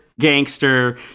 gangster